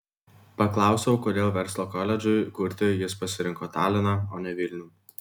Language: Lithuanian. paklausiau kodėl verslo koledžui kurti jis pasirinko taliną o ne vilnių